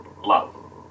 love